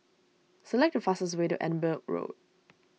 select the fastest way to Edinburgh Road